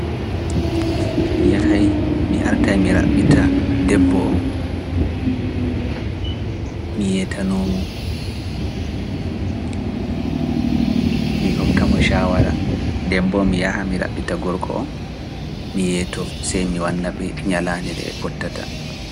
Mi yahay, mi arata e mi raɓɓita debbo on, mi yetano mo, mi hokka mo caawara, debbo on mi yaha, mi raɓɓita gorko on, mi yeto, semmbe wanna ɓe ñalaande nde ɓe pottata.